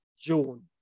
June